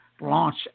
launch